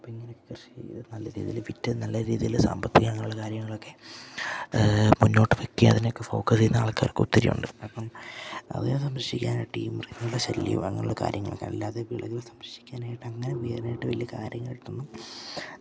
അപ്പം ഇങ്ങനെ കൃഷി ചെയ്തു നല്ല രീതിയിൽ വിറ്റു നല്ല രീതിയിൽ സാമ്പത്തികങ്ങൾ കാര്യങ്ങളൊക്കെ മുന്നോട്ടു വയ്ക്കുക അതിനൊക്കെ ഫോക്കസ് ചെയ്യുന്ന ആൾക്കാരൊക്കെ ഒത്തിരി ഉണ്ട് അപ്പം അവയെ സംരക്ഷിക്കാനായിട്ട് ഈ മൃഗങ്ങളുടെ ശല്യവും അങ്ങനെയുള്ള കാര്യങ്ങളൊക്കെ അല്ലാതെ വിളകൾ സംരക്ഷിക്കാനായിട്ട് അങ്ങനെ വേറെ ആയിട്ട് വലിയ കാര്യങ്ങൾക്കൊന്നും